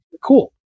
cool